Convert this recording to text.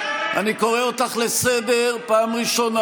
--- אני קורא אותך לסדר פעם ראשונה.